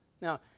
Now